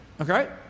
okay